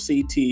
CT